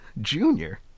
Junior